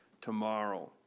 tomorrow